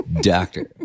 Doctor